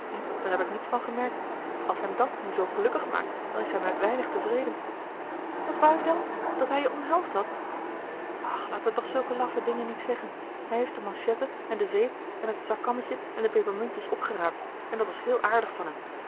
daar heb ik niets van gemerkt als hem dat nu zoo gelukkig maakt is hij met weinig te vreden wat wou je dan dat hij je omhelsd had och laten we toch zulke laffe dingen niet zeggen hij heeft de manchetten en de zeep en het zakkammetje en de pepermuntjes opgeraapt en dat was heel aardig van hem